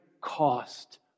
cost